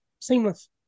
seamless